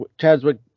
chadwick